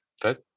good